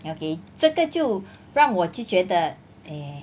要给这个就让我就觉得 eh